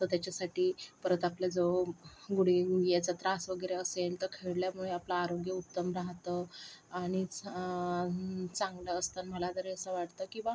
असतं त्याच्यासाठी परत आपल्याजवळ गुडघे गुडघ्याचा त्रास वगैरे असेल तर खेळल्यामुळे आपलं आरोग्य उत्तम राहतं आणि चांगलं असतं मला तरी असं वाटतं की बुवा